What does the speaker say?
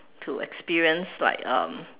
to experience like um